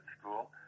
school